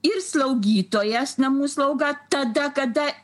ir slaugytojas namų slaugą tada kada